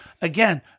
again